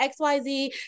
xyz